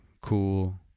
cool